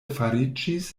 fariĝis